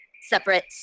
separate